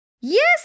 Yes